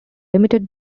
limited